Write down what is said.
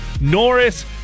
Norris